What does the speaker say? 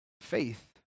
faith